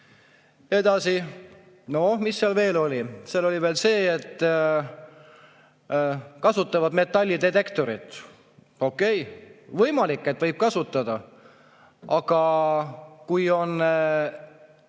kätte. Mis seal veel oli? Seal oli veel see, et kasutavad metallidetektorit. Okei, võimalik, et võivad kasutada. Aga kui on